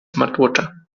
smartwatcha